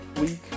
Week